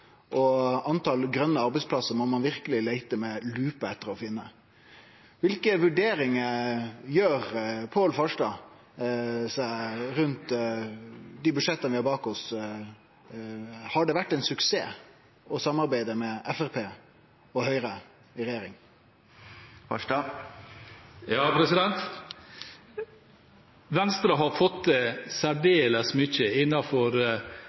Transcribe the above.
talet på grøne arbeidsplassar må ein verkeleg leite med lupe for å finne. Kva for vurderingar gjer Pål Farstad seg av dei budsjetta vi har bak oss? Har det vore ein suksess å samarbeide med Framstegspartiet og Høgre i regjering? Venstre har fått